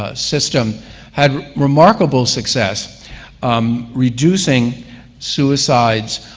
ah system had remarkable success um reducing suicides,